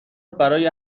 برای